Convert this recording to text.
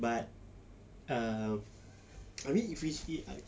but uh I mean if we see uh